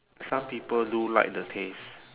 some people do like the taste